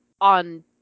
on